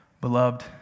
Beloved